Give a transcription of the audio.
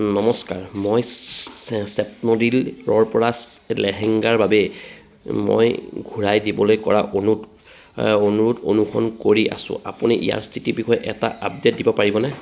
নমস্কাৰ মই স্নেপডীলৰ পৰা লেহেঙ্গাৰ বাবে মই ঘূৰাই দিবলৈ কৰা অনুধ অনুৰোধ অনুসৰণ কৰি আছোঁ আপুনি ইয়াৰ স্থিতিৰ বিষয়ে এটা আপডে'ট দিব পাৰিবনে